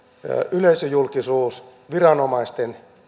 yleisöjulkisuuden viranomaisten